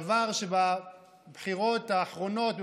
זה דבר שבבחירות האחרונות,